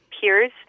peers